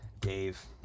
Dave